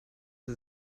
sie